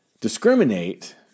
discriminate